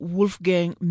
Wolfgang